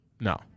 no